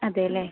അതെ അല്ലേ